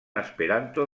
esperanto